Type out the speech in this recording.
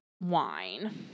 wine